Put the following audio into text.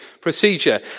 procedure